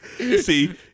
See